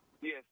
Yes